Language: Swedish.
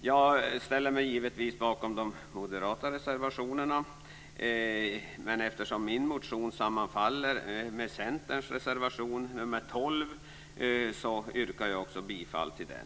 Jag ställer mig givetvis bakom de moderata reservationerna. Eftersom min motion sammanfaller med Centerns reservation nr 12 yrkar jag dock bifall också till den.